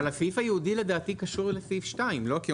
אבל הסעיף הייעודי לדעתי קשור לסעיף 2,